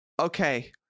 Okay